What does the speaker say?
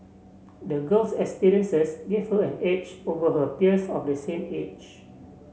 the girl's experiences gave her an edge over her peers of the same age